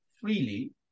freely